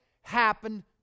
happen